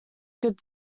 good